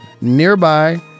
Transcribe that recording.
nearby